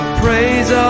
praise